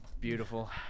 beautiful